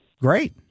Great